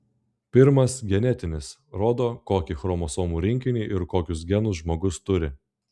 pirmas genetinis rodo kokį chromosomų rinkinį ir kokius genus žmogus turi